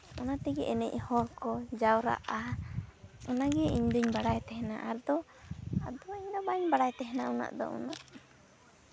ᱚᱱᱟ ᱛᱮᱜᱮ ᱮᱱᱮᱡ ᱦᱚᱲᱠᱚ ᱡᱟᱣᱨᱟᱜᱼᱟ ᱚᱱᱟᱜᱮ ᱤᱧᱫᱩᱧ ᱵᱟᱲᱟᱭ ᱛᱟᱦᱮᱱᱟ ᱟᱫᱚ ᱟᱫᱚ ᱤᱧᱫᱚ ᱵᱟᱹᱧ ᱵᱟᱲᱟᱭ ᱛᱟᱦᱮᱱᱟ ᱩᱱᱟᱹᱜ ᱫᱚ